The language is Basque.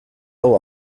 hau